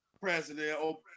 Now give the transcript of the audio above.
president